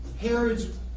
Herod's